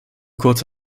kurz